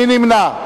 מי נמנע?